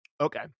Okay